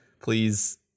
please